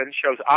shows